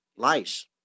lice